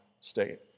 state